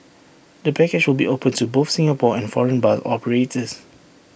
the package will be open to both Singapore and foreign bus operators